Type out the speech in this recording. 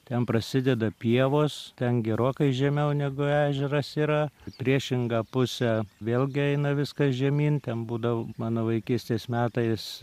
ten prasideda pievos ten gerokai žemiau negu ežeras yra į priešingą pusę vėlgi eina viskas žemyn ten būdavo mano vaikystės metais